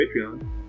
Patreon